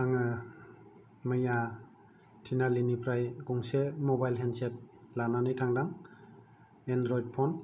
आङो मैया थिनालिनिफ्राय गंसे मबाइल हेन्डसेट लानानै थांदों एन्ड्र'इड फन